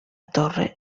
torre